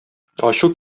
ачу